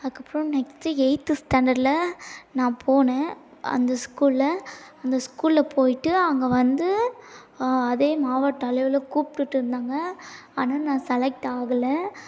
அதுக்கப்புறம் next eighth ஸ்டாண்டர்டில் நான் போனேன் அந்த ஸ்கூலில் அந்த ஸ்கூலில் போய்ட்டு அங்கே வந்து அதே மாவட்ட அளவில் கூப்பிட்டுருந்தாங்க ஆனால் நான் செலக்ட் ஆகலை